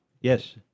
yes